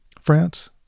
France